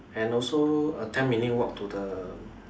and also a ten minute walk to the